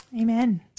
Amen